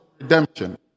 redemption